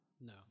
No